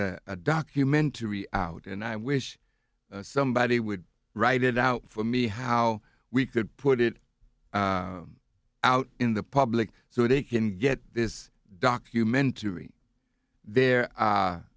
there's a documentary out and i wish somebody would write it out for me how we could put it out in the public so they can get this documentary there